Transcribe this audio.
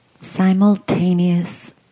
simultaneous